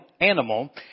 animal